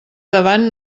davant